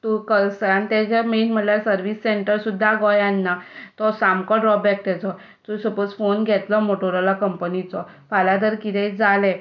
तांचो मैन म्हणल्यार service centre सुद्दां गोंयांत ना तो ड्रॉबॅक ताचो तर सपोझ फोन घेतलो मोटोरोला कंपनीचो फाल्यां जर कितेंय जालें